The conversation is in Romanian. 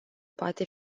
poate